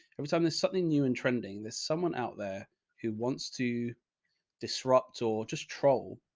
every time there's something new and trending, there's someone out there who wants to disrupt or just troll.